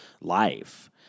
life